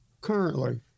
currently